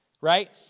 right